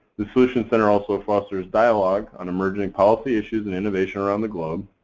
the solutions center also fosters dialogue on emerging policy issues and innovation around the globe.